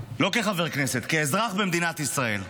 לא כחבר כנסת, כאזרח במדינת ישראל.